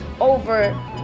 over